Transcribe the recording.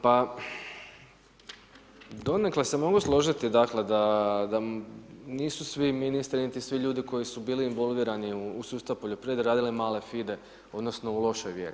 Pa donekle se mogu složiti, dakle, da nisu svi ministri, niti svi ljudi koji su bili involvirani u sustav poljoprivrede, radili male fide odnosno u lošoj vjeri.